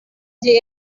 gihe